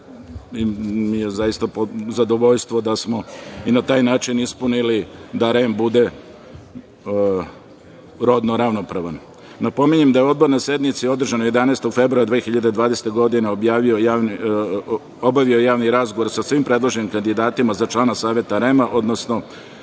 mi je zadovoljstvo da smo i na taj način ispunili da REM bude rodno ravnopravan. Napominjem da je Odbor na sednici održanoj 11. februara 2020. godine obavio javni razgovor sa svim predloženim kandidatima za člana Saveta REM-a, odnosno